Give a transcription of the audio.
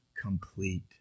complete